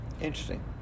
Interesting